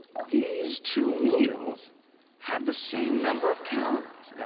these two meals have the same number of calories.